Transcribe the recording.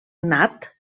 nat